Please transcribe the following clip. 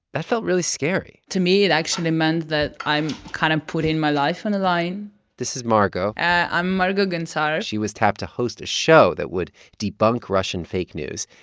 that felt really scary to me, it actually meant that i'm kind of putting my life on the line this is margo i'm margo gontar but she was tapped to host a show that would debunk russian fake news.